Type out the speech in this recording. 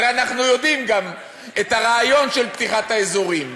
הרי אנחנו מכירים את הרעיון של פתיחת האזורים,